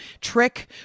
Trick